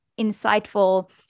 insightful